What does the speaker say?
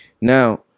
Now